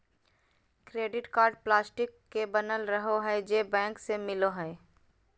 credit card plastic के बनल रहो हइ जे बैंक से मिलो हइ